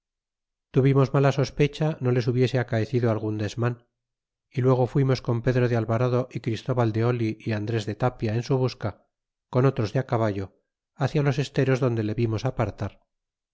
tuvimos mala sospecha no les hubiese acaecido algun desman y luego fuimos con pedro de alvarado y christeival de oh é andres de tapia en su busca con otros de caballo hcia los esteros donde le vimos apartar